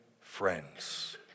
friends